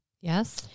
yes